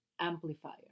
amplifier